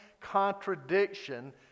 contradiction